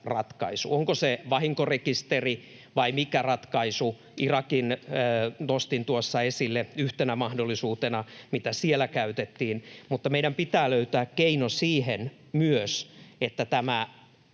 ratkaisu vahinkorekisteri vai mikä? Irakin nostin tuossa esille yhtenä mahdollisuutena — sen, mitä siellä käytettiin — mutta meidän pitää löytää keino myös siihen, että tämä